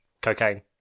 Cocaine